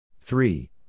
three